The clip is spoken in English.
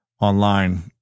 online